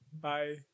Bye